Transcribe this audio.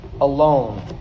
alone